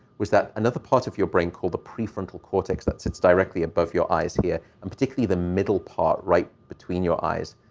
was that another part of your brain called the prefrontal cortex that sits directly above your eyes here, and particularly the middle part right between your eyes,